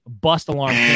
bust-alarm